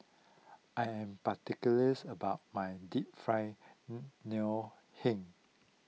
I am particulars about my Deep Fried Ngoh Hiang